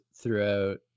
throughout